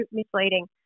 misleading